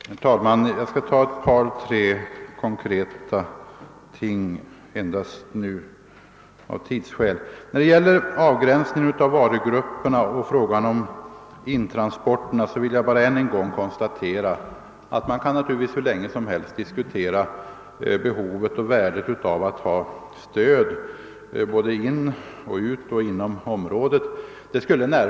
Herr talman! Av tidsskäl skall jag här bara ta upp ett par tre konkreta saker. När det gäller avgränsningen av varugrupperna och frågan om stöd till intransporterna konstaterar jag än en gång att vi givetvis hur länge som helst kan diskutera behovet och värdet av ett fraktstöd både ut ur och in i stödområdet.